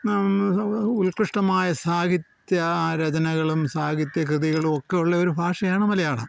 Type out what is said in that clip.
ഉൽകൃഷ്ഠമായ സാഹിത്യ രചനകളും സാഹിത്യകൃതികളും ഒക്കെയുള്ളൊരു ഭാഷയാണ് മലയാളം